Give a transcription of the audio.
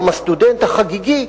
ביום הסטודנט החגיגי,